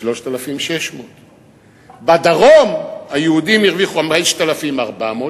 3,600. בדרום היהודים הרוויחו 5,400,